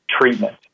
treatment